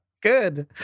Good